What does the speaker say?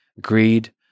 greed